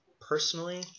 Personally